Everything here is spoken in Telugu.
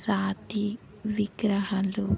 రాతి విగ్రహాలు